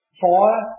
four